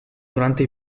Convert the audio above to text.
durante